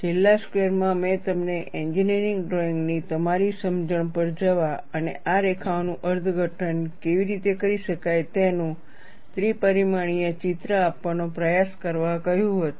છેલ્લા સ્ક્વેરમાં મેં તમને એન્જિનિયરિંગ ડ્રોઇંગ ની તમારી સમજણ પર જવા અને આ રેખાઓનું અર્થઘટન કેવી રીતે કરી શકાય તેનું ત્રિ પરિમાણીય ચિત્ર આપવાનો પ્રયાસ કરવા કહ્યું હતું